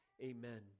amen